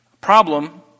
Problem